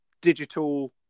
digital